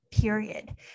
period